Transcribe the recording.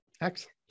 Excellent